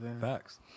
facts